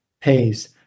pays